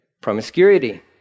Promiscuity